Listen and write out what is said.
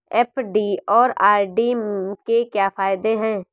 FD और RD के क्या फायदे हैं?